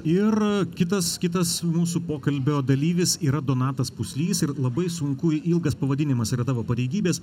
ir kitas kitas mūsų pokalbio dalyvis yra donatas puslys ir labai sunku ilgas pavadinimas yra tavo pareigybės